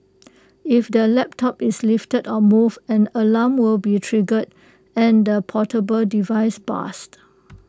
if the laptop is lifted or moved an alarm will be triggered and the portable device buzzed